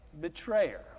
betrayer